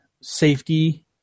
safety